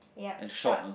yup short